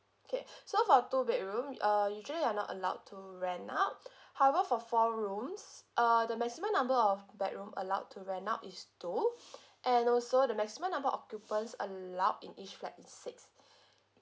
okay so for two bedroom u~ uh usually you're not allowed to rent out however for four rooms uh the maximum number of bedroom allowed to rent out is two and also the maximum number occupants allowed in each flat is six